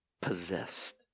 Possessed